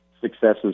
successes